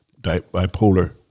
bipolar